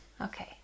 Okay